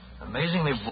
Amazingly